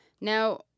Now